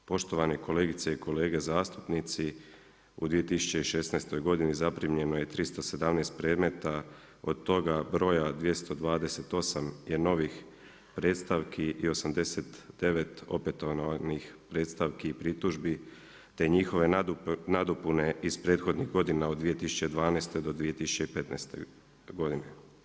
Poštovane kolegice i kolege zastupnici, u 2016. godini zaprimljeno je 317 predmeta, od toga broja 228 je novih predstavki i 89 opetovanih predstavki i pritužbi te njihove nadopune iz prethodnih godina od 2012. do 2015. godine.